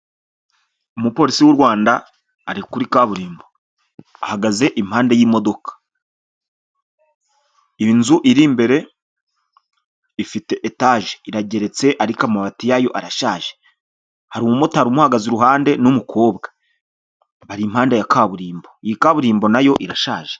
Umupolisi w'Urwanda ari kuri kaburimbo, ahagaze impande y'imodoka. Inzu iri imbere etaje irageretse ariko amabati yayo arashaje, ihari umumotari umuhagaze iruhande n'umukobwa bari impande ya kaburimbo iyi kaburimbo nayo iraje.